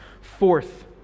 Fourth